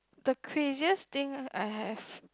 the craziest thing I have